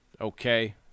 okay